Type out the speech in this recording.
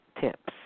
tips